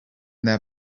their